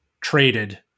traded